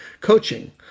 coaching